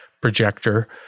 projector